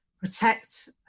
protect